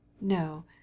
no